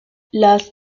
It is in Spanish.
las